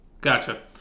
Gotcha